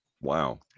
Wow